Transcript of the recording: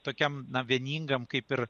tokiam vieningam kaip ir